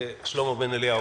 שלמה בן אליהו.